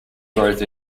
growth